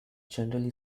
generally